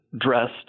dressed